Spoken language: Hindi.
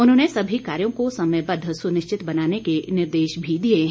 उन्होंने सभी कार्यों को समयबद्ध सुनिश्चित बनाने के निर्देश भी दिए हैं